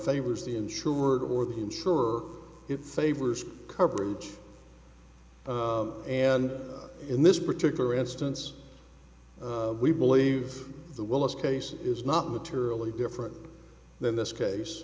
favors the insured or the insurer it favors coverage and in this particular instance we believe the will is case is not materially different than this case